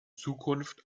zukunft